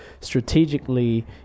strategically